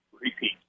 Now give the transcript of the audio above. repeat